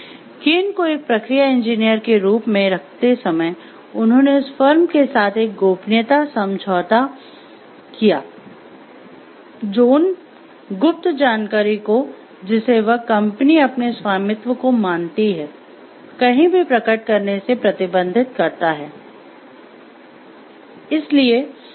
केन को एक प्रक्रिया इंजीनियर के रूप में रखते समय उन्होंने उस फर्म के साथ एक गोपनीयता समझौता किया जो उन गुप्त जानकारी को जिसे वह कंपनी अपने स्वामित्व को मानती है कहीं भी प्रकट करने से प्रतिबंधित करता है